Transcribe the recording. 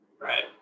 Right